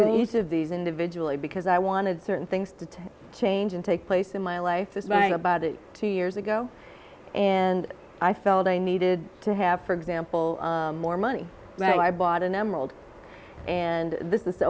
with each of these individually because i want to certain things to change and take place in my life is about two years ago and i felt i needed to have for example more money i bought an emerald and this is